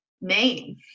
name